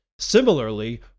Similarly